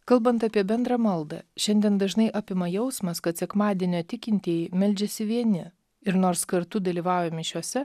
kalbant apie bendrą maldą šiandien dažnai apima jausmas kad sekmadienio tikintieji meldžiasi vieni ir nors kartu dalyvauja mišiose